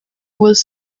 was